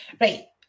Right